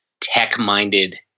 tech-minded